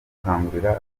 gukangurira